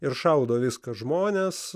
ir šaudo viską žmones